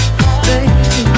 Baby